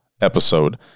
episode